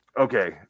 Okay